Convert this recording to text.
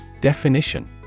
Definition